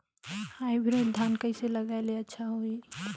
Hybrid धान कइसे लगाय ले अच्छा होही?